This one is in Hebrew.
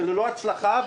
וללא הצלחה,